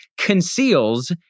conceals